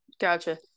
Gotcha